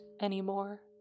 anymore